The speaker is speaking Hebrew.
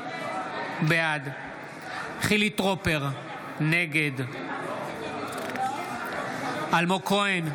בעד חילי טרופר, נגד אלמוג כהן,